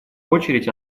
очередь